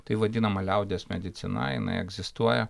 tai vadinama liaudies medicina jinai egzistuoja